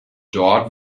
dort